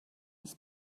his